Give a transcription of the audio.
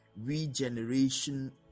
regeneration